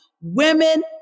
Women